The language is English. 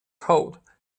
cold